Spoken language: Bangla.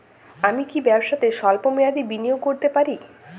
আমি কি ব্যবসাতে স্বল্প মেয়াদি বিনিয়োগ করতে পারি?